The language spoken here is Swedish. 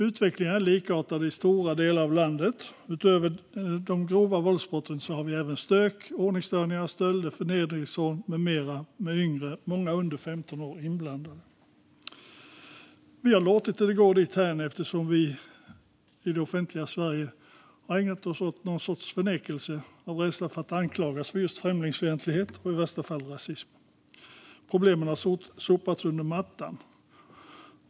Utvecklingen är likartad i stora delar av landet. Utöver de grova våldsbrotten har vi även stök, ordningsstörningar, stölder, förnedringsrån med mera med yngre inblandade, många under 15 år. Vi har låtit det gå dithän eftersom det offentliga Sverige ägnat sig åt ett slags förnekelse av rädsla för att anklagas för främlingsfientlighet och i värsta fall rasism. Problemen har sopats under mattan.